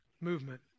movement